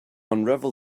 unravel